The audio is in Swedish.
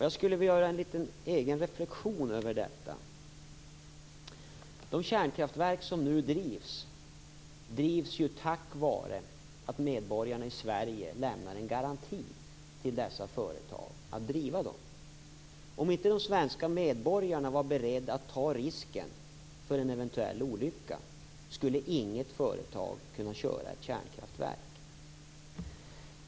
Jag skulle vilja göra en egen liten reflexion över detta. De kärnkraftverk som nu drivs, drivs tack vare att medborgarna i Sverige lämnar en garanti till dessa företag att driva dem. Om inte de svenska medborgarna var beredda att ta risken för en eventuell olycka skulle inget företag kunna köra ett kärnkraftverk.